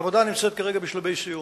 העבודה נמצאת כרגע בשלבי סיום.